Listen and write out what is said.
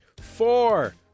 four